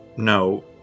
No